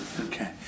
okay